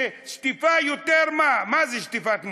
שטיפה, יותר, מה זה שטיפת מוח?